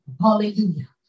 Hallelujah